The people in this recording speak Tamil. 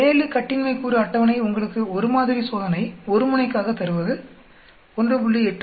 7 கட்டின்மை கூறு அட்டவணை உங்களுக்கு ஒரு மாதிரி சோதனை ஒரு முனை க்காக தருவது 1